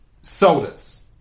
sodas